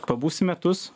pabūsim metus